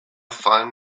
find